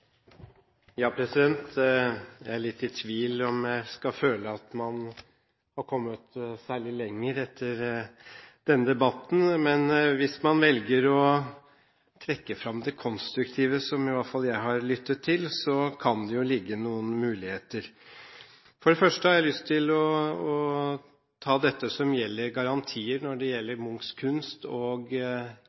Jeg er litt i tvil om jeg skal føle at man har kommet noe særlig lenger etter denne debatten. Men hvis man velger å trekke fram det konstruktive, som i hvert fall jeg har lyttet til, kan det jo ligge noen muligheter. For det første har jeg lyst til å ta opp dette med garantier når det gjelder Munchs kunst og